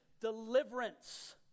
deliverance